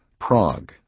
Prague